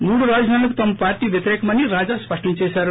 మూడు రాజధానులకు తమ పార్టీ వ్యతిరేకమని రాజా స్పష్టం చేశారు